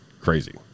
crazy